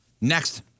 Next